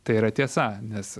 tai yra tiesa nes